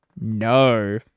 No